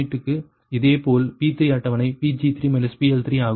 இதேபோல் P3 அட்டவணை Pg3 PL3 ஆகும்